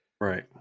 Right